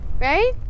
right